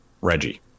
Reggie